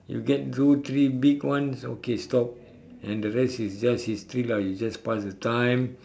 you get two three big ones okay stop and the rest is just history lah you just pass the time